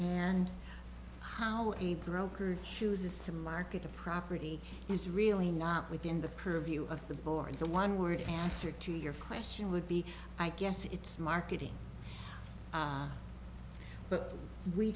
and how a brokerage chooses to market a property is really not within the purview of the board the one word answer to your question would be i guess it's marketing but we